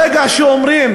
ברגע שאומרים: